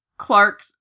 Clark's